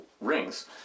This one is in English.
rings